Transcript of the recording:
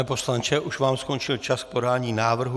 Pane poslanče, už vám skončil čas k podání návrhu.